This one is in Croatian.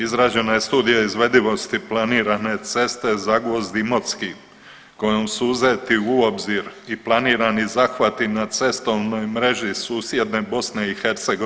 Izrađena je Studija izvedivosti planirane ceste Zagvozd-Imotski kojom su uzeti u obzir i planirani zahvati na cestovnoj mreži susjedne BiH.